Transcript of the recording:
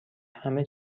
همه